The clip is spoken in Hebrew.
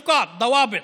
(מתרגם את דבריו לערבית.)